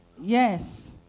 Yes